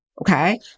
Okay